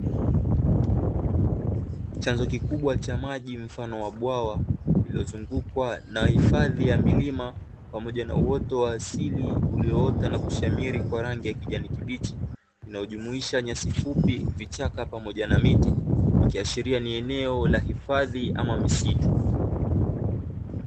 Chanzo kikubwa cha maji mfano wa bwawa, lililozungukwa na hifadhi ya milima, pamoja na uoto wa asili ulioota na kushamiri kwa rangi ya kijani kibichi, inayojumuisha nyasi fupi, vichaka pamoja na miti ikiashiria ni eneo la hifadhi ama misitu.